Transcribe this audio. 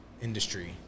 industry